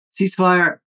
ceasefire